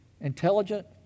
intelligent